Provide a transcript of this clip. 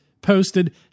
posted